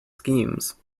schemes